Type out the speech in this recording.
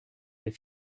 les